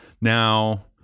now